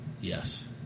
Yes